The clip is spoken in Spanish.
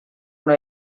una